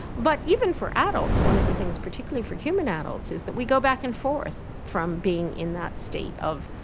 but even for adults, one of the things particularly for human adults is that we go back and forth from being in that state of,